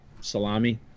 Salami